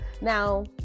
Now